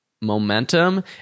momentum